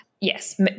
Yes